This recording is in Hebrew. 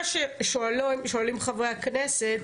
מה ששואלות חברות הכנסת,